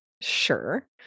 Sure